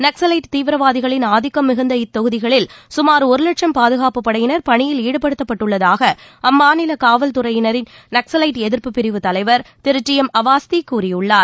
நக்சலைட் தீவிரவாதிகளின் ஆதிக்கம் மிகுந்த இத்தொகுதிகளில் சுமார் ஒரு லட்சம் பாதுகாப்புப் படையினர் பணியில் ஈடுபடுத்தப்பட்டுள்ளதாக அம்மாநில காவல்துறையின் நக்கலைட்டு எதிர்ப்பு பிரிவு தலைவர் திரு டி எம் அவாஸ்தி கூறியுள்ளார்